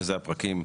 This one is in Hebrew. שזה הפרקים,